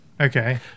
Okay